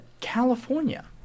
California